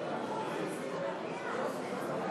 עד עשר דקות